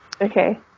Okay